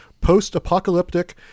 post-apocalyptic